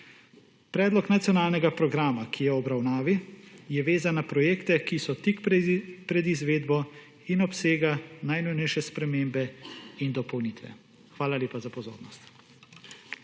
Predlog nacionalnega programa, ki je v obravnavi je vezan na projekte, ki so tik pred izvedbo in obsega najnujnejše spremembe in dopolnitve. Hvala lepa za pozornost.